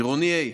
עירוני ה'